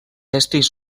estris